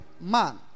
man